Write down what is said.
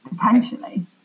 Potentially